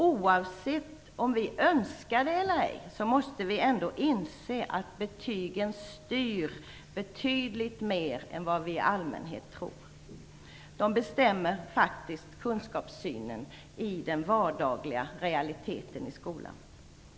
Oavsett om vi önskar det eller ej måste vi inse att betygen styr betydligt mer än vad vi i allmänhet tror. De bestämmer faktiskt kunskapssynen i den vardagliga realiteten i skolan.